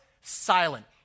silent